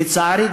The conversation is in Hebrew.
לצערי,